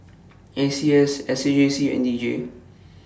A C S S A J C and D J